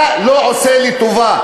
אתה לא עושה לי טובה.